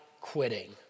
quitting